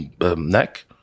neck